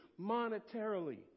monetarily